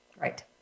Right